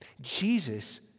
Jesus